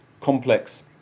complex